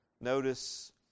notice